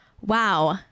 Wow